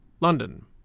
London